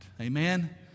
Amen